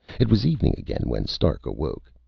it was evening again when stark awoke.